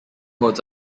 modes